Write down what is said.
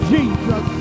Jesus